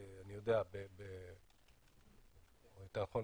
או יותר נכון